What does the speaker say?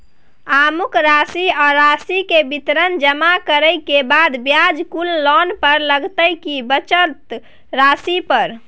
अमुक राशि आ राशि के विवरण जमा करै के बाद ब्याज कुल लोन पर लगतै की बचल राशि पर?